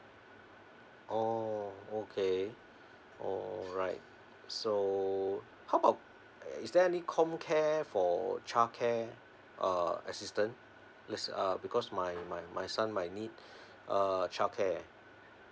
oh okay alright so how about is there any comcare for childcare uh assistance that's uh because my my my son might need uh childcare